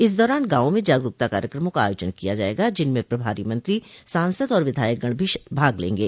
इस दौरान गांवों में जागरूकता कार्यक्रमों का आयोजन किया जायेगा जिनमें प्रभारी मंत्री सांसद और विधायकगण भी भाग लेंगे